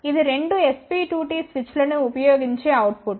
ఇది రెండు SP2T స్విచ్లను ఉపయోగించే అవుట్ పుట్